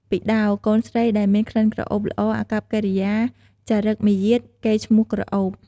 ពិដោរ កូនស្រីដែលមានក្លិនក្រអូបល្អ អាកប្បកិរិយា ចរិយាមាយាទ កេរ្តិ៍ឈ្មោះក្រអូប។